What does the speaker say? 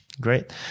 great